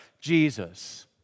Jesus